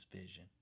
vision